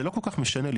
זה לא כל כך משנה לי.